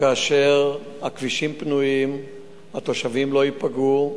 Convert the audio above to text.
כאשר הכבישים פנויים והתושבים לא ייפגעו,